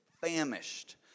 famished